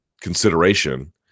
consideration